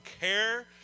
care